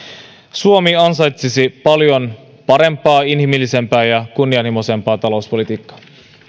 suomi ansaitsisi paljon parempaa inhimillisempää ja kunnianhimoisempaa talouspolitiikkaa